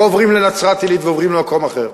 ועוברים לנצרת-עילית ועוברים למקום אחר.